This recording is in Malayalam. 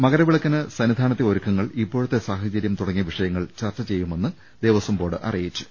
മകരവിളക്കിന് സന്നിധാനത്തെ ഒരുക്കങ്ങൾ ഇപ്പോഴത്തെ സാഹചര്യം തുടങ്ങിയ വിഷയങ്ങൾ ചർച്ച ചെയ്യുമെന്ന് ദേവസ്ഥം ബോർഡ് അറിയിച്ചു